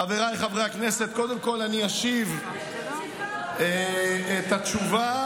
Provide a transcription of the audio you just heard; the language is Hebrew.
חבריי חברי הכנסת, קודם כול אני אשיב את התשובה,